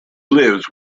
lives